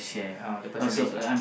uh ya the percentage lah